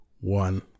one